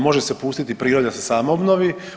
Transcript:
Može se pustiti priroda da se sama obnovi.